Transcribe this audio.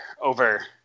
over